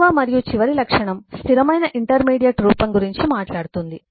5 వ మరియు చివరి లక్షణం స్థిరమైన ఇంటర్మీడియట్ రూపం గురించి మాట్లాడుతుంది